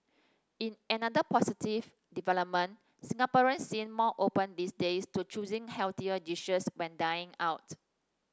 in another positive development Singaporeans seem more open these days to choosing healthier dishes when dining out